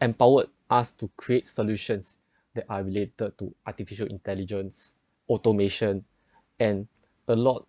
empowered us to create solutions that are related to artificial intelligence automation and a lot